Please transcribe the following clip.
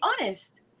honest